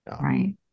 right